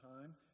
time